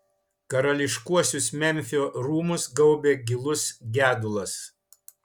karališkuosius memfio rūmus gaubė gilus gedulas